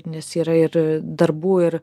nes yra ir darbų ir